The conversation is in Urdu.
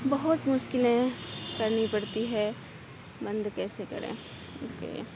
بہت مشکلیں کرنی پڑتی ہے بند کیسے کریں او کے